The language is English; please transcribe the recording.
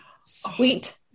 Sweet